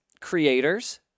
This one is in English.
creators